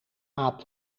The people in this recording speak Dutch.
aap